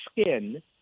skin